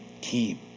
team